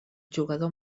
jugador